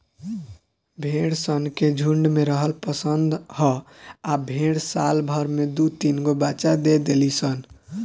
भेड़ सन के झुण्ड में रहल पसंद ह आ भेड़ साल भर में दु तीनगो बच्चा दे देली सन